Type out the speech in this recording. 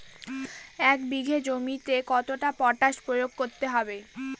এক বিঘে জমিতে কতটা পটাশ প্রয়োগ করতে হবে?